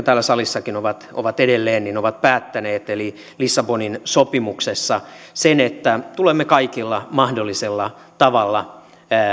täällä salissakin ovat ovat edelleen ovat päättäneet lissabonin sopimuksessa sen että tulemme kaikella mahdollisella tavalla